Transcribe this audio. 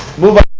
moved